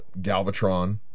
Galvatron